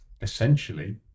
essentially